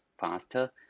faster